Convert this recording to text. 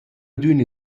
adüna